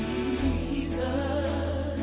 Jesus